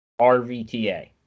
RVTA